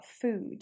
food